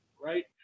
right